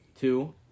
Two